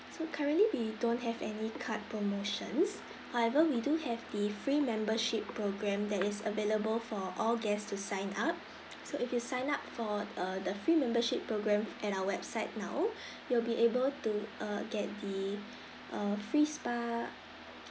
so currently we don't have any card promotions however we do have the free membership program that is available for all guests to sign up so if you sign up for uh the free membership program at our website now you'll be able to uh get the uh free spa